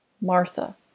Martha